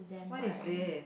what is this